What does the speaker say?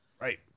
Right